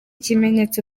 kimenyetso